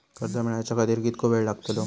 कर्ज मेलाच्या खातिर कीतको वेळ लागतलो?